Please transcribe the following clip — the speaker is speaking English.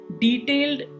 detailed